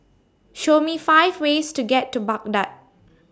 Show Me five ways to get to Baghdad